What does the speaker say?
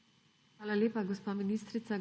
Hvala lepa, gospa ministrica.